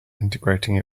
integrating